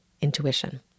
intuition